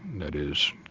that is,